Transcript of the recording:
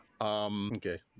Okay